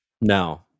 No